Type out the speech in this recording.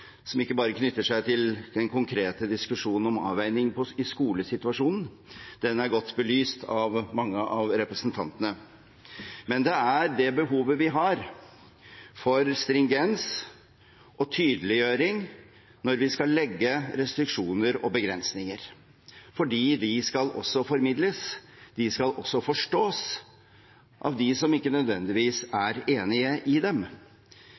som ikke bare knytter seg til den konkrete diskusjonen om avveining i skolesituasjonen – den er godt belyst av mange av representantene – men til behovet vi har for stringens og tydeliggjøring når vi skal legge restriksjoner og begrensninger, for de skal formidles og forstås også av dem som ikke nødvendigvis er enige i dem.